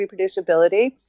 reproducibility